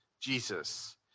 Jesus